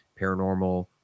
paranormal